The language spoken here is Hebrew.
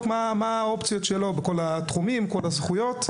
מה האופציות שלו בכל התחומים בכל הזכויות.